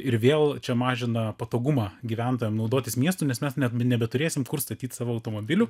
ir vėl čia mažina patogumą gyventojam naudotis miestu nes mes net nebeturėsim kur statyt savo automobilių